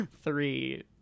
three